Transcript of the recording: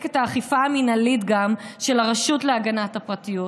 את האכיפה המינהלית של הרשות להגנת הפרטיות,